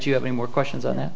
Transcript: you have any more questions on that